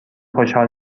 خوشحال